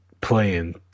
playing